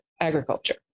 agriculture